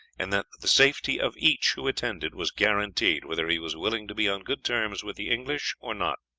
and that the safety of each who attended was guaranteed, whether he was willing to be on good terms with the english or not.